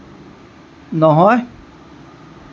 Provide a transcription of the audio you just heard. নহয়